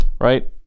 Right